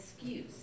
excuse